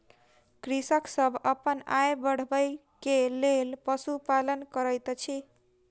कृषक सभ अपन आय बढ़बै के लेल पशुपालन करैत अछि